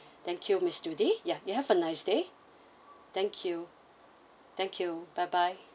thank you miss judy yeah you have a nice day thank you thank you bye bye